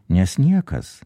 nes niekas